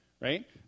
Right